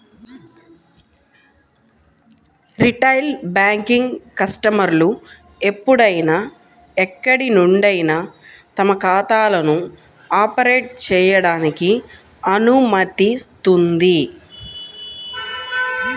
retail banking కస్టమర్లు ఎప్పుడైనా ఎక్కడి నుండైనా తమ ఖాతాలను ఆపరేట్ చేయడానికి అనుమతిస్తుంది